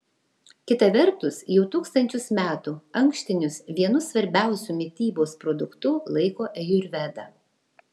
kita vertus jau tūkstančius metų ankštinius vienu svarbiausiu mitybos produktu laiko ajurveda